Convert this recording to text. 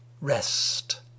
rest